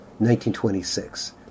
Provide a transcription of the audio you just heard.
1926